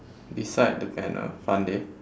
beside the banner fun day